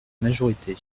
majorité